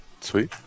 Sweet